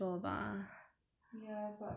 ya but let's try to do it